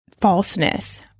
falseness